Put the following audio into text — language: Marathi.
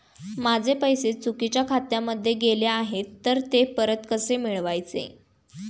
माझे पैसे चुकीच्या खात्यामध्ये गेले आहेत तर ते परत कसे मिळवायचे?